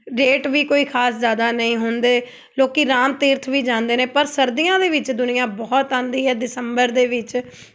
rate ਵੀ ਕੋਈ ਖਾਸ ਜ਼ਿਆਦਾ ਨਹੀਂ ਹੁੰਦੇ ਲੋਕ ਰਾਮ ਤੀਰਥ ਵੀ ਜਾਂਦੇ ਨੇ ਪਰ ਸਰਦੀਆਂ ਦੇ ਵਿੱਚ ਦੁਨੀਆ ਬਹੁਤ ਆਉਂਦੀ ਹੈ ਦਸੰਬਰ ਦੇ ਵਿੱਚ